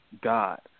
God